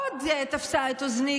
עוד תפסה את אוזני,